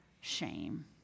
shame